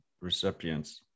recipients